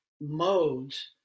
modes